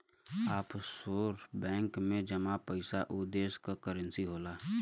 offshore bank में जमा पइसा उ देश क करेंसी होला